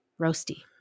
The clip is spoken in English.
Roasty